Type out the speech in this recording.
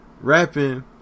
rapping